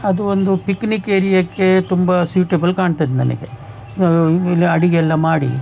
ಅದು ಒಂದು ಪಿಕ್ನಿಕ್ ಏರಿಯಾಗೆ ತುಂಬ ಸ್ಯೂಟೆಬಲ್ ಕಾಣ್ತದೆ ನನಗೆ ಎಲ್ಲ ಅಡುಗೆಯೆಲ್ಲ ಮಾಡಿ